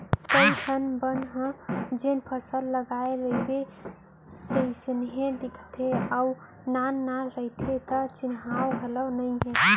कइ ठन बन ह जेन फसल लगाय रइबे तइसने दिखते अउ नान नान रथे त चिन्हावय घलौ नइ